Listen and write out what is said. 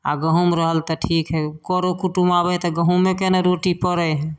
आओर गहूम रहल तऽ ठीक हइ करो कुटुम आबै हइ तऽ गहूमेके ने रोटी पड़ै हइ